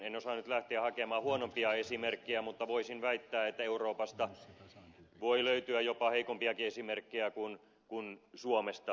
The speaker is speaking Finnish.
en osaa nyt lähteä hakemaan huonompia esimerkkejä mutta voisin väittää että euroopasta voi löytyä jopa heikompiakin esimerkkejä kuin suomi